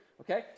Okay